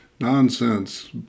nonsense